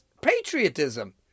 patriotism